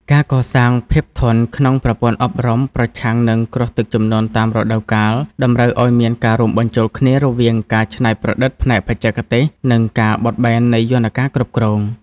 ការកសាងភាពធន់ក្នុងប្រព័ន្ធអប់រំប្រឆាំងនឹងគ្រោះទឹកជំនន់តាមរដូវកាល តម្រូវឱ្យមានការរួមបញ្ចូលគ្នារវាងការច្នៃប្រឌិតផ្នែកបច្ចេកទេស និងការបត់បែននៃយន្តការគ្រប់គ្រង។